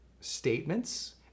statements